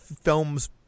films